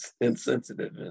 insensitive